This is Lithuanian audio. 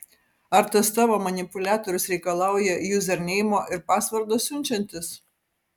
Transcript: ar tas tavo manipuliatorius reikalauja juzerneimo ir pasvordo siunčiantis